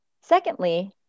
Secondly